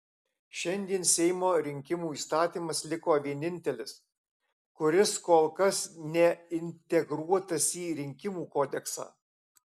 šiandien seimo rinkimų įstatymas liko vienintelis kuris kol kas neintegruotas į rinkimų kodeksą